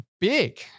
big